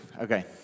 Okay